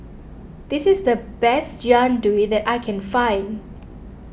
this is the best Jian Dui that I can find